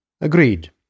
agreed